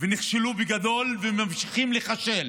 ונכשלו בגדול, והם ממשיכים להיכשל.